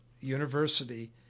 university